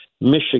Michigan